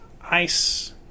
ice